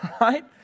right